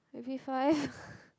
maybe five